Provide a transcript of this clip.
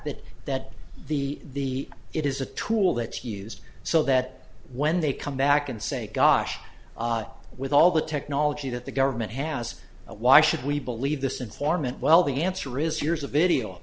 that that the it is a tool that used so that when they come back and say gosh with all the technology that the government has why should we believe this informant well the answer is years of video